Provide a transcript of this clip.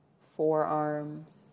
forearms